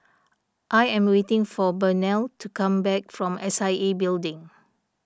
I am waiting for Burnell to come back from S I A Building